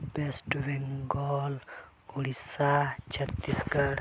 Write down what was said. West Bengal Odisha Chhattisgarh